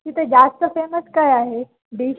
तिथे जास्त फेमस काय आहे डिश